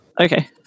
Okay